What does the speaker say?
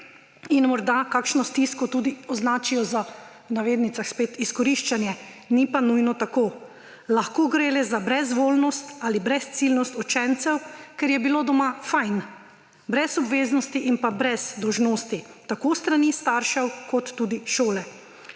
in morda kakšno stisko tudi označijo za, v navednicah, spet izkoriščanje, ni pa nujno tako. Lahko gre le za brezvoljnost ali brezciljnost učencev, ker je bilo doma fino, brez obveznosti in brez dolžnosti tako s strani staršev kot tudi šole.